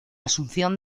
asunción